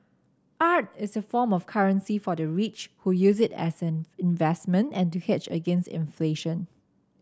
art is a form of currency for the rich who use it as an investment and to hedge against inflation